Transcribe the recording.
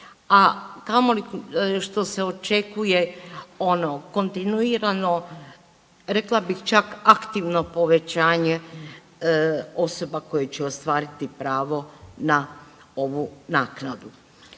a kamoli što se očekuje, ono, kontinuirano, rekla bih čak aktivno povećanje osoba koje će ostvariti pravo na ovu naknadu.